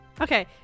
Okay